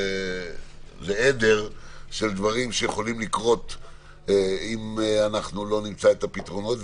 זה עדר של דברים שיכולים לקרות אם אנחנו לא נמצא את הפתרונות.